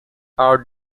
our